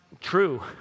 true